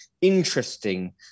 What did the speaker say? interesting